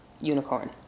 unicorn